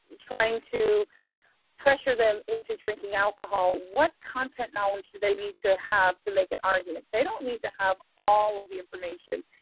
trying to pressure them into drinking alcohol, what content knowledge do they need to have to make an argument? they don't need to have all ah the information,